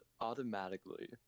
automatically